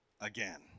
again